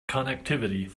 connectivity